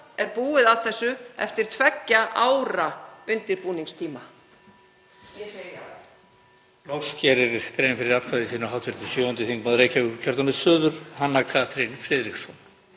er búið að þessu eftir tveggja ára undirbúningstíma. Ég segi já.